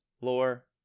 lore